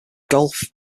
golf